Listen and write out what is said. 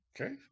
okay